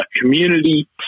community